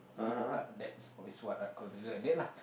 it uh that's always what are considered a date lah